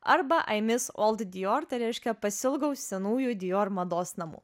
arba ai mis old dior tai reiškia pasiilgau senųjų dior mados namų